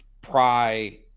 pry